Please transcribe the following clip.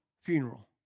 funeral